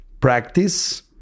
practice